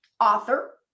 author